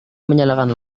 menyalakan